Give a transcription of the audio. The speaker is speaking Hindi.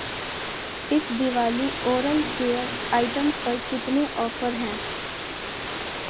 इस दिवाली ओरल केयर आइटम्स पर कितने ऑफ़र हैं